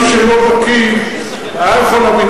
מי שלא בקי היה יכול להבין.